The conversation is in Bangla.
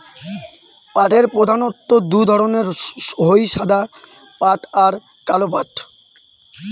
পাটের প্রধানত্ব দু ধরণের হই সাদা পাট আর কালো পাট